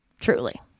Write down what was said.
truly